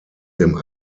dem